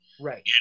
Right